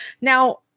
Now